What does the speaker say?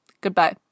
Goodbye